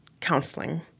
counseling